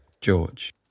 George